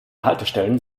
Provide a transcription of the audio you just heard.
haltestellen